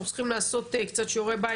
שעוד צריכים לעשות קצת שיעורי בית,